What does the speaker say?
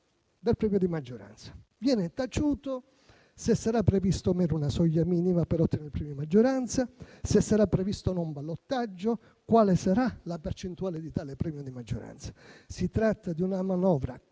dal premio di maggioranza. Viene taciuto se sarà prevista o meno una soglia minima per ottenere il premio di maggioranza, se sarà previsto o meno un ballottaggio e quale sarà la percentuale di tale premio di maggioranza. Si tratta di una manovra